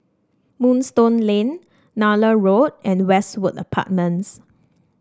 Moonstone Lane Nallur Road and Westwood Apartments